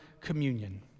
communion